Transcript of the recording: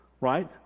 right